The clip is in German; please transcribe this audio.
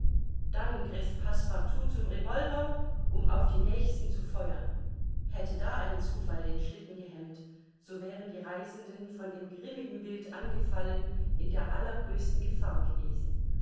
dann griff passepartout zum revolver um auf die nächsten zu feuern hätte da ein zufall den schlitten gehemmt so wären die reisenden von dem grimmigen wild angefallen in der allergrößten gefahr gewesen